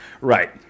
Right